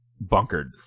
bunkered